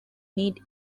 need